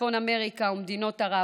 צפון אמריקה ומדינות ערב,